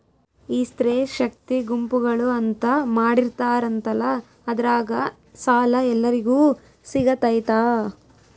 ಈ ಸ್ತ್ರೇ ಶಕ್ತಿ ಗುಂಪುಗಳು ಅಂತ ಮಾಡಿರ್ತಾರಂತಲ ಅದ್ರಾಗ ಸಾಲ ಎಲ್ಲರಿಗೂ ಸಿಗತೈತಾ?